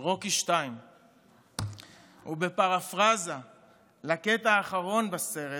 "רוקי 2". ובפרפראזה לקטע האחרון בסרט